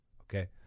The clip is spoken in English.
okay